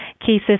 Cases